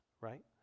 Right